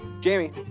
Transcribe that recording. Jamie